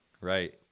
Right